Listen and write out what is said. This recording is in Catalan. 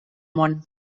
món